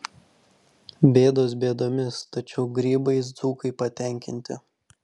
bėdos bėdomis tačiau grybais dzūkai patenkinti